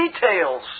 details